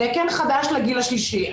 תקן חדש לגיל השלישי.